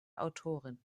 autorin